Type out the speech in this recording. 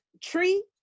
Tree